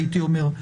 הייתי אומר,